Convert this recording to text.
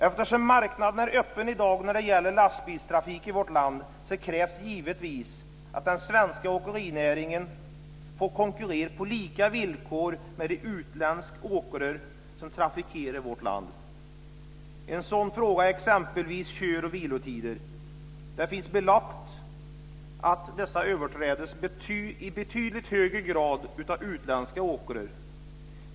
Eftersom marknaden är öppen i dag när det gäller lastbilstrafik i vårt land krävs givetvis att den svenska åkerinäringen får konkurrera på lika villkor med de utländska åkare som trafikerar vårt land. En sådan fråga är exempelvis kör och vilotider. Det finns belagt att dessa överträds i betydligt högre grad av utländska åkare.